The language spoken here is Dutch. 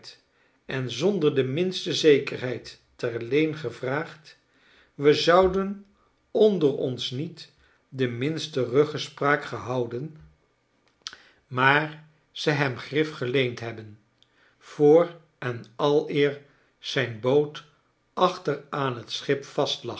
en zonder de minste zekerheid ter leen gevraagd we zouden onder ons niet de minste ruggespaak gehouden maar ze hem grif geleend hebben voor en aleerzijn boot achter aan t schip vastlag